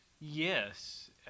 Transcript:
Yes